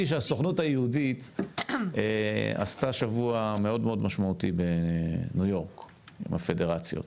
שהסוכנות היהודית עשתה שבוע מאוד משמעותי בניו-יורק עם הפדרציות,